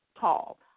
tall